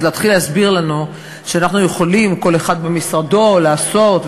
אז להתחיל להסביר לנו שאנחנו יכולים כל אחד במשרדו לעשות,